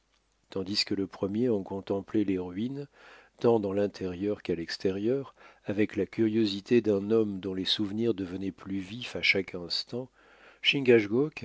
tandis que le premier en contemplait les ruines tant dans l'intérieur qu'à l'extérieur avec la curiosité d'un homme dont les souvenirs devenaient plus vifs à chaque instant